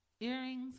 earrings